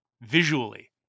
visually